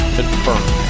Confirmed